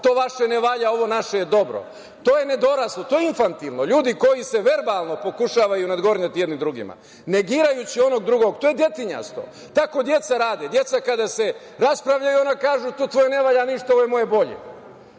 to vaše ne valja, ovo naše je dobro, to je nedoraslo, to je infantilno. Ljudi koji se verbalno pokušavaju nadgornjati jedni drugima negirajići onog drugog to je detinjasto, tako deca rade. Deca kada se raspravljaju oni kažu - to tvoje ne valja ništa, ovo moje je